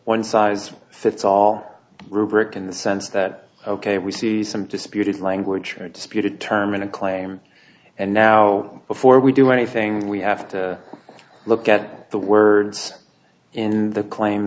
one size fits all rubric in the sense that ok we see some disputed language here disputed term in a claim and now before we do anything we have to look at the words in the claim